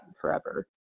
forever